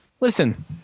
Listen